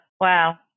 Wow